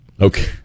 Okay